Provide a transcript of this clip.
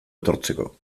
etortzeko